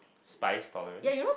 spice tolerance